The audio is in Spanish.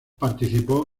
participó